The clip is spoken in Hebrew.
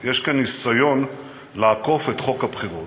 יש כאן ניסיון לעקוף את חוק הבחירות,